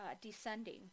descending